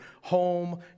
home